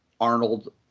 Arnold